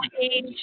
age